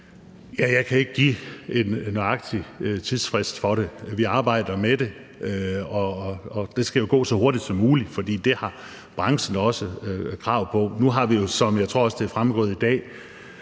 Jeg kan ikke give en nøjagtig tidsfrist for det. Vi arbejder med det, og det skal jo gå så hurtigt som muligt, for det har branchen også krav på. Nu har vi jo, hvad jeg tror også er fremgået i dag,